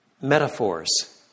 metaphors